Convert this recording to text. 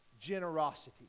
generosity